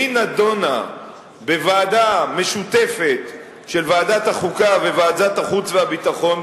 והיא נדונה בוועדה משותפת של ועדת החוקה וועדת החוץ והביטחון,